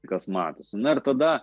kas matosi na ir tada